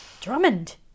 drummond